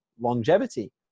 longevity